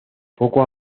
poco